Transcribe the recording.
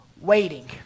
waiting